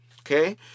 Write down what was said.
okay